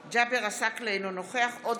אינו נוכח ג'אבר עסאקלה,